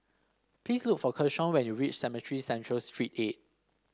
please look for Keshawn when you reach Cemetry Central Street eight